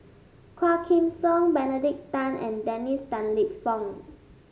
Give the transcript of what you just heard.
Quah Kim Song Benedict Tan and Dennis Tan Lip Fong